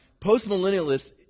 postmillennialists